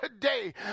today